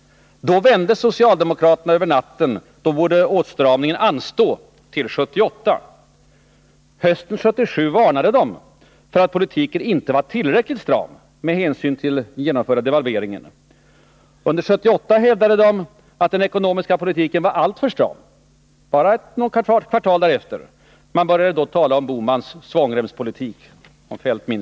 Då vände socialdemokraterna över natten — då borde åtstramningen anstå till 1978. Hösten 1977 varnade socialdemokraterna för att politiken inte var tillräckligt stram med hänsyn till den genomförda devalveringen. Bara något kvartal därefter hävdade de att den ekonomiska politiken var alltför stram, och man började tala om Bohmans svångremspolitik. Minns Kjell-Olof Feldt det?